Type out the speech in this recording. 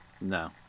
No